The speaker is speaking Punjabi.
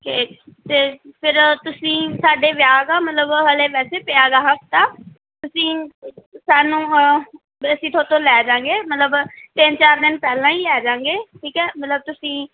ਅਤੇ ਅਤੇ ਫਿਰ ਤੁਸੀਂ ਸਾਡੇ ਵਿਆਹ ਗਾ ਮਤਲਬ ਹਲੇ ਵੈਸੇ ਪਿਆ ਗਾ ਹਫਤਾ ਤੁਸੀਂ ਸਾਨੂੰ ਅਸੀਂ ਤੁਹਾਡੇ ਤੋਂ ਲੈ ਜਾਂਗੇ ਮਤਲਬ ਤਿੰਨ ਚਾਰ ਦਿਨ ਪਹਿਲਾਂ ਹੀ ਲੈ ਜਾਂਗੇ ਠੀਕ ਹੈ ਮਤਲਬ ਤੁਸੀਂ